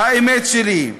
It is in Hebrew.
"האמת שלי".